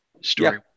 story